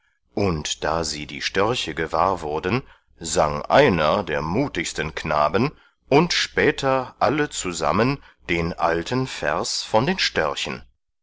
und da sie die störche gewahr wurden sang einer der mutigsten knaben und später alle zusammen den alten vers von den störchen